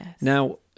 now